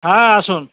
হ্যাঁ আসুন